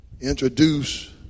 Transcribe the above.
introduce